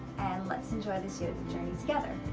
and let's enjoy this yogic journey together!